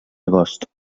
agost